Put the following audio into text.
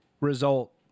result